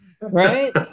right